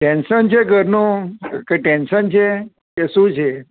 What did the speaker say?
tension છે ઘરનું કંઈ ટેન્સન છે કે શું છે